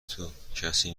توکسی